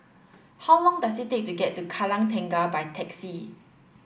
how long does it take to get to Kallang Tengah by taxi